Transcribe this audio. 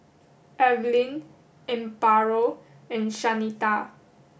Evelyne Amparo and Shanita